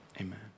Amen